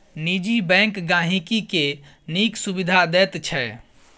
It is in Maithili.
निजी बैंक गांहिकी केँ नीक सुबिधा दैत छै